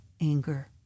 anger